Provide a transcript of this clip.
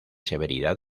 severidad